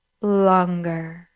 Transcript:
longer